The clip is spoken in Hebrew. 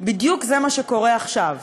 זה בדיוק מה שקורה עכשיו.